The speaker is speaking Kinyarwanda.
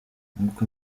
nk’uko